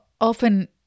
often